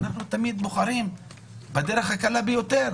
אנחנו תמיד בוחרים בדרך הקלה ביותר